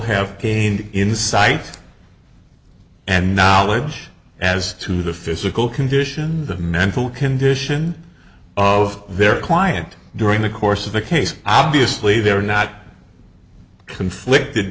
have gained insight and knowledge as to the physical condition the mental condition of their client during the course of the case obviously they're not conflicted